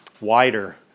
wider